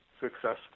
successful